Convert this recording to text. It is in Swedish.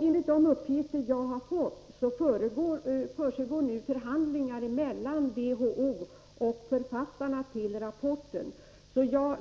Enligt de uppgifter jag har fått pågår nu förhandlingar mellan WHO och författarna till rapporten.